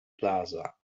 plaza